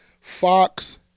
fox